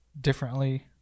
differently